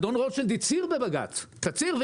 אדון רוטשילד הצהיר בבג"ץ תצהיר כוזב,